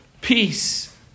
peace